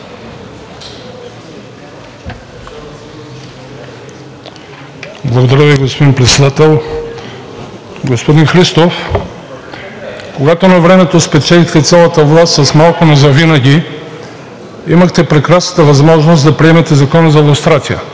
Благодаря Ви, господин Председател. Господин Христов, когато навремето спечелихте цялата власт с малко, но завинаги, имахте прекрасната възможност да приемете Закона за лустрацията,